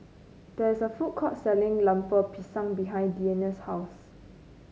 there is a food court selling Lemper Pisang behind Deana's house